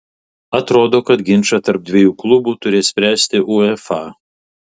atrodo kad ginčą tarp dviejų klubų turės spręsti uefa